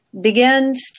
begins